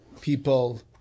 people